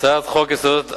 הצעת חוק יסודות התקציב,